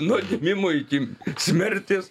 nuo gimimo iki smerties